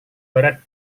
barat